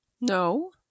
No